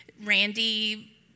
Randy